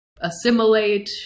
assimilate